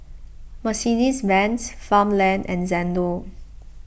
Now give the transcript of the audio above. Mercedes Benz Farmland and Xndo